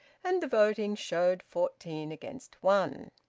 and the voting showed fourteen against one.